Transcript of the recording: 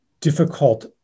difficult